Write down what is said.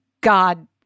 God